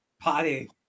party